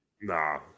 Nah